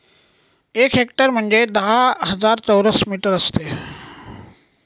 एक हेक्टर म्हणजे दहा हजार चौरस मीटर असते